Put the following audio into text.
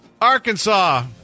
Arkansas